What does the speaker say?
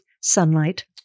sunlight